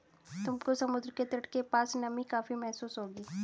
तुमको समुद्र के तट के पास नमी काफी महसूस होगी